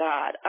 God